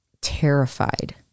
terrified